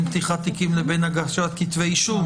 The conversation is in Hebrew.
פתיחת תיקים לבין הגשת כתבי אישום.